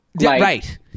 right